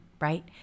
right